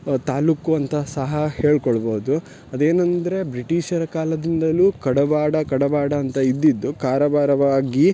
ತಾಲೂಕು ಅಂತ ಸಹ ಹೇಳಿಕೊಳ್ಬೌದು ಅದೇನಂದರೆ ಬ್ರಿಟಿಷರ ಕಾಲದಿಂದಲೂ ಕಡವಾಡ ಕಡವಾಡ ಅಂತ ಇದ್ದಿದ್ದು ಕಾರವಾರವಾಗಿ